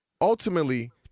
Ultimately